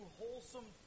wholesome